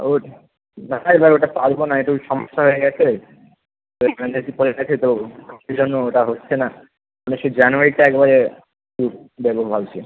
ও না ভাই এবার ওটা পারবো না একটু সমস্যা হয়ে গেছে ফ্র্যানচাইসি পড়ে গেছে তো সেই জন্য ওটা হচ্ছে না মানে সেই জানুয়ারিতে একেবারে দেবো ভাবছি